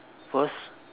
first